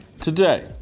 Today